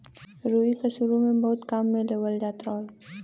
रुई क सुरु में बहुत काम में लेवल जात रहल